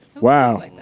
Wow